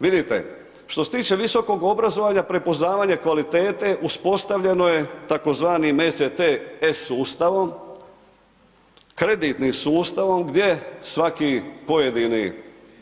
Vidite, što se tiče visokog obrazovanja, prepoznavanja kvalitete uspostavljeno je tzv. NCTS sustavom, kreditnim sustavom gdje svaki pojedini